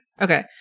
Okay